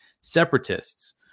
separatists